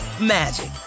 magic